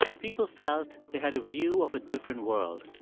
people felt they had a view of a different world.